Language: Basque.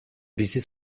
bizi